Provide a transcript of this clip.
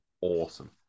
Awesome